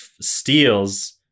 steals